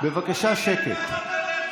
בבקשה שקט.